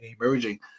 emerging